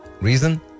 reason